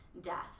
death